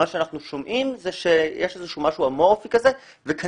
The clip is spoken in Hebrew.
מה שאנחנו שומעים זה שיש איזשהו משהו אמורפי כזה וכנראה